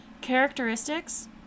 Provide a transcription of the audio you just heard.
Characteristics